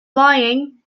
lying